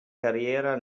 carriera